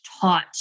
taught